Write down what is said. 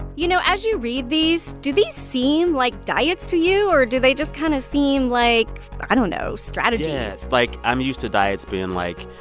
you know, as you read these, do these seem like diets to you, or do they just kind of seem like i don't know strategies? yeah, like, i'm used to diets being like.